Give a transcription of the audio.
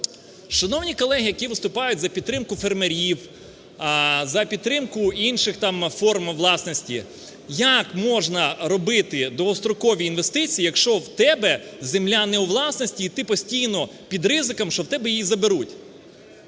Шановні колеги, які виступають за підтримку фермерів, за підтримку інших, там, форм власності! Як можна робити довгострокові інвестиції, якщо в тебе земля не у власності, і ти постійно під ризиком, що в тебе її заберуть?